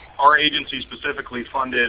our agency specifically funded